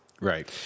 Right